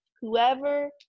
whoever